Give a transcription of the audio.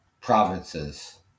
provinces